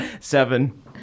seven